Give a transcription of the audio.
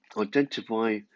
Identify